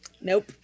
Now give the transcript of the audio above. Nope